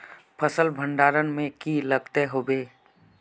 फसल भण्डारण में की लगत होबे?